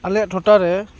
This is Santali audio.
ᱟᱞᱮᱭᱟᱜ ᱴᱚᱴᱷᱟᱨᱮ